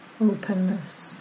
openness